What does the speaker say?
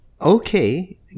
okay